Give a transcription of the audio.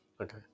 okay